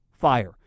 fire